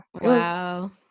wow